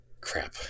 Crap